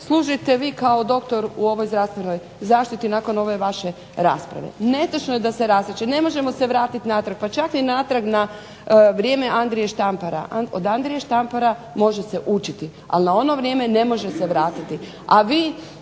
služite vi kao doktor u ovoj zdravstvenoj zaštiti nakon ove vaše rasprave. Netočno je da se rastače. Ne možemo se vratiti natrag, pa čak ni natrag na vrijeme Andrije Štampara. Od Andrije Štampara može se učiti, ali na ono vrijeme ne može se vratiti.